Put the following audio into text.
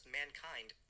mankind